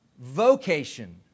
vocation